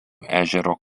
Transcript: ežero